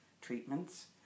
treatments